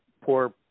poor